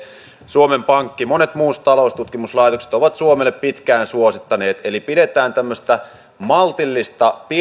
suomen pankki monet muut taloustutkimuslaitokset ovat suomelle pitkään suosittaneet eli pidetään tämmöistä maltillista